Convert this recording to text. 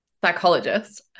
psychologist